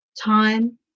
time